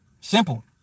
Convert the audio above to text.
Simple